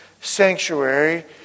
sanctuary